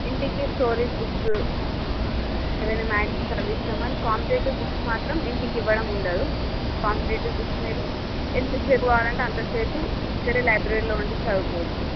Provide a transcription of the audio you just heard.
ఇంటికీ story books ఏమైనా magazines అవి ఇస్తాం కానీ కాంపిటేటివ్ బుక్స్ మాత్రం ఇంటికి ఇవ్వడం ఉండదు కాంపిటేటివ్ బుక్స్ మీరు ఎంత సేపు కావలంటే అంతసేపు ఇక్కడే లైబ్రెరీ లో ఉండి చదువుకోవచ్చు